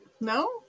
No